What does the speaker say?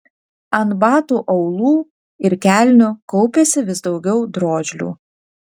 ant batų aulų ir kelnių kaupėsi vis daugiau drožlių